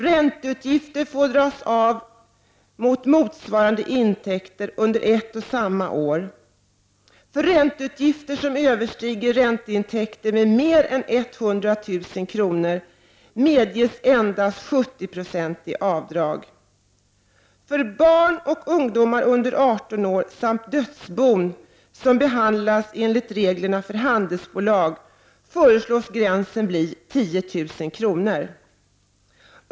Ränteutgifter får dras av mot motsvarande intäkter under ett och samma år. För ränteutgifter som överstiger ränteintäkter med mer än 100 000 kr. medges endast 70 76 avdrag. För barn och ungdomar under 18 år samt dödsbon som behandlas enligt reglerna för handelsbolag föreslås gränsen bli 10 000 kr.